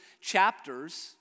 chapters